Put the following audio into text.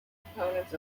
opponents